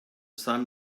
sun